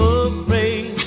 afraid